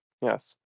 yes